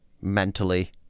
mentally